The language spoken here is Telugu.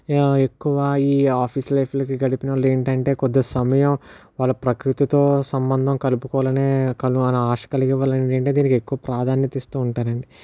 ఎక్కువ ఈ ఆఫీస్ లైఫ్లుకి గడిపిన వాళ్ళు ఏంటి అంటే కొద్ది సమయం వాళ్ళు ప్రకృతితో సంబంధం కలుపుకోవాలనే ఆశ కలిగే వల్ల ఏంటి అంటే దీనికి ఎక్కువ ప్రాధాన్యత ఇస్తూ ఉంటారు అండి